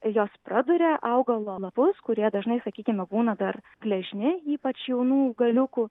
jos praduria augalo lapus kurie dažnai sakykime būna dar gležni ypač jaunų augaliukų